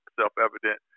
self-evident